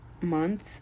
month